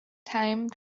time